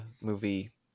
movie